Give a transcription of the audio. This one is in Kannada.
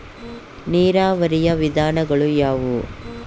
ನೀರಾವರಿಯ ವಿಧಾನಗಳು ಯಾವುವು?